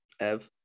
Ev